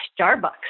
Starbucks